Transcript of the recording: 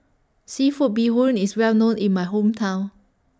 Seafood Bee Hoon IS Well known in My Hometown